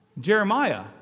Jeremiah